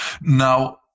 Now